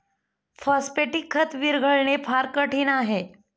phosphatic खत विरघळणे फार कठीण आहे